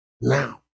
now